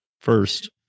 first